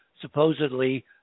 supposedly